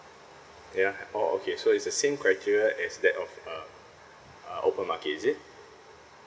yeah oh okay so it's the same criteria as that of um uh open market is it